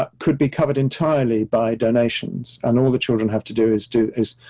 ah could be covered entirely by donations. and all the children have to do is do, is,